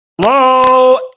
Hello